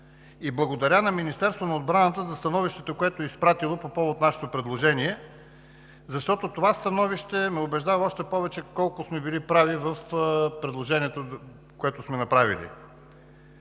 Благодаря на Министерството на отбраната за становището, което е изпратило по повод нашето предложение. Защото това становище още повече ме убеждава колко сме били прави в предложението, което сме направили.